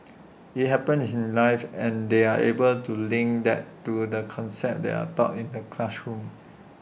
IT happens is in life and they're able to link that to the concepts that are taught in the classroom